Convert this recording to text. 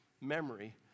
memory